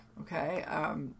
Okay